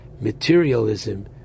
materialism